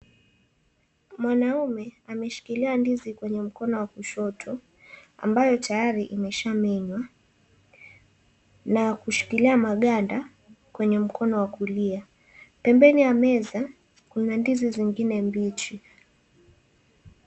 Mwanaume ameshikilia ndizi kwenye mkono wa kushoto, ambayo tayari imeshamenywa na kushikilia maganda kwenye mkono wa kulia. Pembeni ya meza kuna ndizi zingine mbichi.